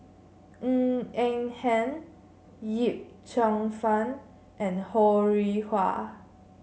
Ng Eng Hen Yip Cheong Fun and Ho Rih Hwa